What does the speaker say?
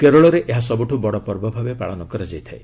କେରଳରେ ଏହା ସବୁଠୁ ବଡ଼ ପର୍ବ ଭାବେ ପାଳନ କରାଯାଏ